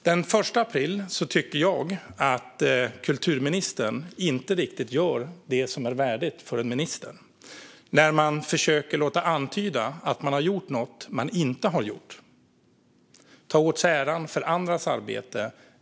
Den 1 april gjorde kulturministern, tycker jag, inte riktigt det som är värdigt en minister när hon lät antyda att man hade gjort något som man inte hade gjort och ta åt sig äran för andras arbete.